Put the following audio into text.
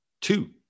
two